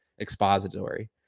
expository